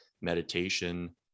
meditation